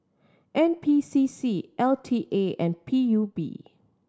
N P C C L T A and P U B